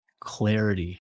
clarity